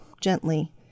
gently